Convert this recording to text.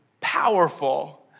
powerful